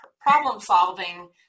problem-solving